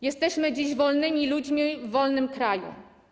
Jesteśmy dziś wolnymi ludźmi w wolnym kraju.